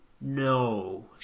No